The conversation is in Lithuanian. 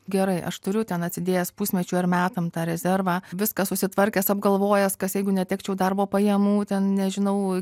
gerai aš turiu ten atsidėjęs pusmečiui ar metam tą rezervą viską susitvarkęs apgalvojęs kas jeigu netekčiau darbo pajamų ten nežinau